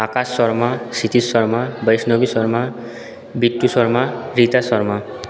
Akash Sharma Sitish Sharma Vaishnavi Sharma Bittu Sharma Rita Sharma